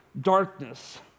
darkness